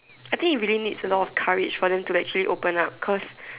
I think it really needs a lot of courage for them to actually open up cause